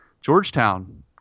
Georgetown